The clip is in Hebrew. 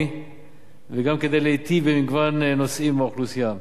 וגם כדי להיטיב במגוון נושאים עם האוכלוסייה.